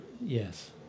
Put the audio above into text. Yes